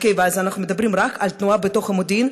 ואנחנו מדברים רק על תנועה בתוך מודיעין,